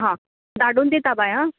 हां धाडून दिता बाय हां